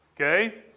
Okay